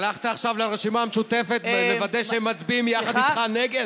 הלכת עכשיו לרשימה המשותפת לוודא שהם מצביעים יחד איתך נגד?